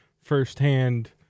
firsthand